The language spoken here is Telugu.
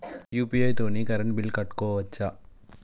యూ.పీ.ఐ తోని కరెంట్ బిల్ కట్టుకోవచ్ఛా?